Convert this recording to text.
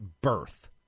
birth